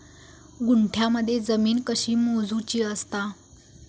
गुंठयामध्ये जमीन कशी मोजूची असता?